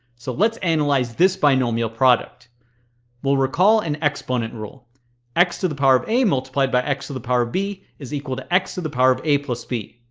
so let's analyze this binomial product we will recall an exponent rule x to the power of a multiplied by x to the power b is equal to x to the power of a plus b